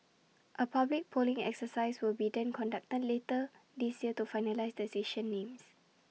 A public polling exercise will be then conducted later this year to finalise the station names